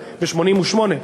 ב-1988,